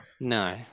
no